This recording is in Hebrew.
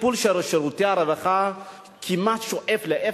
הטיפול של שירותי הרווחה כמעט שואף לאפס.